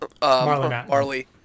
Marley